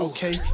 Okay